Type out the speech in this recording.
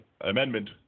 amendment